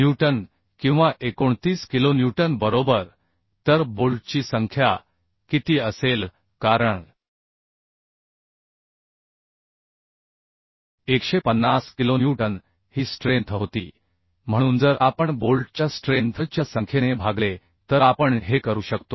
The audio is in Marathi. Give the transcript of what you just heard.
न्यूटन किंवा 29 किलोन्यूटन बरोबर तर बोल्टची संख्या किती असेल कारण 150 किलोन्यूटन ही स्ट्रेंथ होती म्हणून जर आपण बोल्टच्या स्ट्रेंथ च्या संख्येने भागले तर आपण हे करू शकतो